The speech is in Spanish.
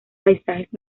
paisajes